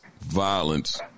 violence